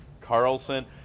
Carlson